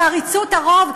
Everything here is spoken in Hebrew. בעריצות הרוב,